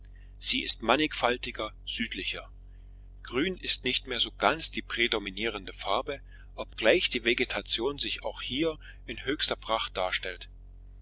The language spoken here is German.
sie ist mannigfaltiger südlicher grün ist nicht mehr so ganz die prädominierende farbe obgleich die vegetation sich auch hier in höchster pracht darstellt